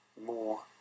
more